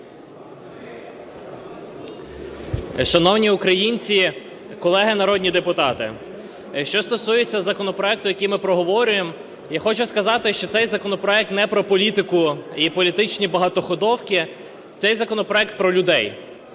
Шановні українці, колеги народні депутати! Що стосується законопроекту, який ми проговорюємо, я хочу сказати, що цей законопроект не про політику і політичні багатоходовки, цей законопроект про людей.